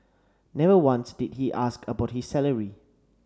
never once did he ask about his salary